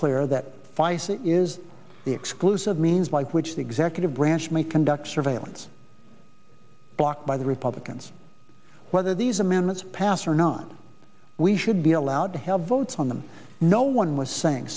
clear that vice is the exclusive means by which the executive branch may conduct surveillance blocked by the republicans whether these amendments pass or not we should be allowed to have votes on them no one was saying